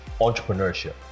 entrepreneurship